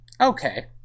Okay